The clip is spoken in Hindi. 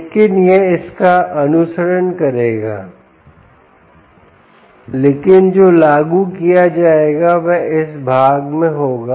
लेकिन यह इसका अनुसरण करेगा लेकिन जो लागू किया जाएगा वह इस भाग में होगा